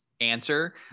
answer